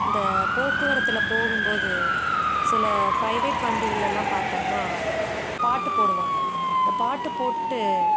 இந்த போக்குவரத்தில் போகும்போது சில பிரைவேட் வண்டிகளெல்லாம் பார்த்தோம்னா பாட்டு போடுவாங்கள் இந்த பாட்டு போட்டு